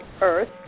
Earth